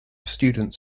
students